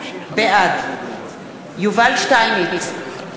בעד יובל שטייניץ,